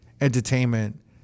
entertainment